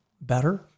better